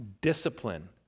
discipline